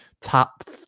top